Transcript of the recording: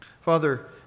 Father